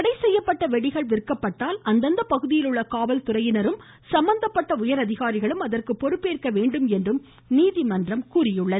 தடை செய்யப்பட்ட வெடிகள் விற்கப்பட்டால் அந்தந்த பகுதியில் உள்ள காவல்துறையினர் மற்றும் சம்பந்தப்பட்ட உயர் அதிகாரிகள் அதற்கு பொறுப்பேற்க வேண்டும் என்றும் நீதிமன்றம் குறிப்பிட்டுள்ளது